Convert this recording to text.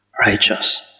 righteous